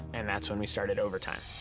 and that's when we started overtime.